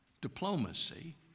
diplomacy